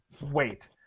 wait